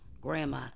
Grandma